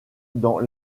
dans